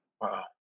Wow